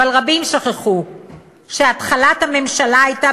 אבל רבים שכחו שהתחלת כהונת הממשלה הייתה